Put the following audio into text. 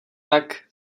tak